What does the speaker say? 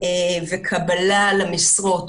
וקבלה למשרות,